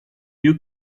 you